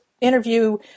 interview